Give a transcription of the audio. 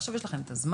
עכשיו יש לכם את הזמן,